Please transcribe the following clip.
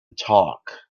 talk